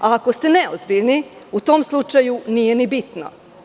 Ako ste neozbiljni, u tom slučaju, nije ni bitno.